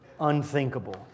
unthinkable